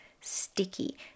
sticky